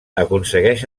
aconsegueix